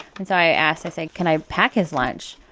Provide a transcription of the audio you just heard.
and so i asked i said, can i pack his lunch?